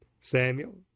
Samuel